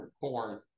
corn